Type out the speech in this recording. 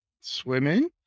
Swimming